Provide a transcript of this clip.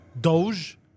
Doge